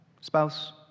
spouse